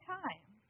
time